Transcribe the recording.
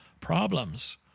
problems